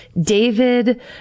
David